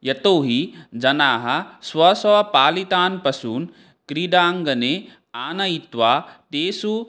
यतो हि जनाः स्वस्वपालितान् पशून् क्रीडाङ्गणे आनयित्वा तेषु